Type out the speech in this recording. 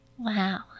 wow